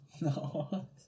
no